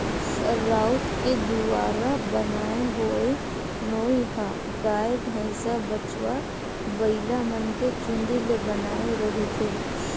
राउत के दुवारा बनाय होए नोई ह गाय, भइसा, बछवा, बइलामन के चूंदी ले बनाए रहिथे